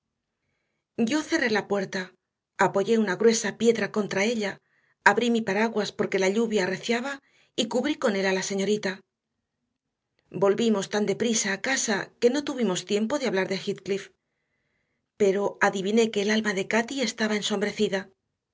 yo cerré la puerta apoyé una gruesa piedra contra ella abrí mi paraguas porque la lluvia arreciaba y cubrí con él a la señorita volvimos tan deprisa a casa que no tuvimos ni tiempo de hablar de heathcliff pero adiviné que el alma de cati quedaba ensombrecida en su